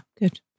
Good